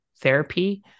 therapy